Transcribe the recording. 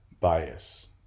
bias